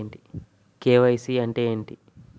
KYC అంటే ఏంటి?